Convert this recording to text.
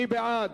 מי בעד?